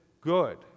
good